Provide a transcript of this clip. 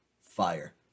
fire